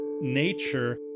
nature